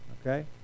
okay